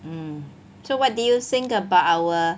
hmm so what do you think about our